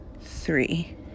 Three